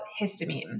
histamine